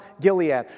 Gilead